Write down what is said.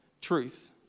truth